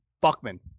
Buckman